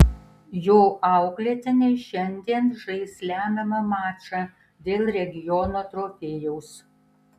jo auklėtiniai šiandien žais lemiamą mačą dėl regiono trofėjaus